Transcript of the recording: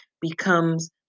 becomes